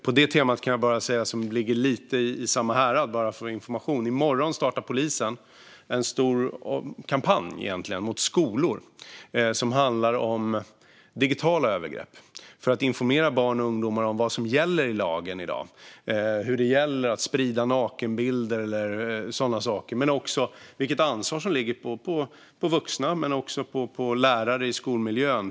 På det temat, som ligger lite i samma härad, kan jag bara informera om att polisen i morgon kommer att starta en stor kampanj i skolorna om digitala övergrepp. De ska informera barn och ungdomar om vad som i dag gäller enligt lagen i fråga om att sprida nakenbilder och sådana saker. Men det handlar också om vilket ansvar som ligger på vuxna och på lärare i skolmiljön.